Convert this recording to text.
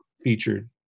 featured